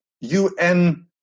UN